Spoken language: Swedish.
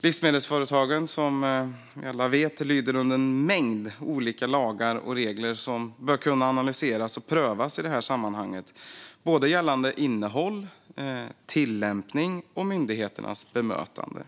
Livsmedelsföretagen lyder som alla vet under en mängd olika lagar och regler som bör kunna analyseras och prövas i det här sammanhanget, både gällande innehåll och tillämpning och gällande myndigheternas bemötande.